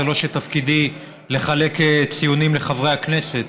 לא שתפקידי לחלק ציונים לחברי הכנסת,